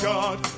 God